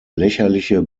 lächerliche